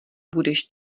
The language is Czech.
budeš